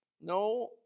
No